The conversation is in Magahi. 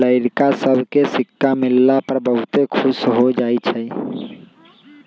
लइरका सभके सिक्का मिलला पर बहुते खुश हो जाइ छइ